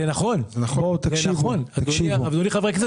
זה נכון אדוני חבר הכנסת.